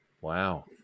wow